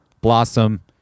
Blossom